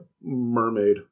mermaid